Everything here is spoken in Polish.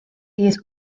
jest